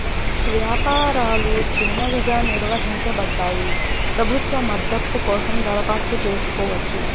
వ్యాపారాలు చిన్నవిగా నిర్వచించబడ్డాయి, ప్రభుత్వ మద్దతు కోసం దరఖాస్తు చేసుకోవచ్చు